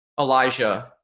Elijah